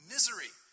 misery